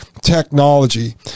technology